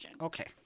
Okay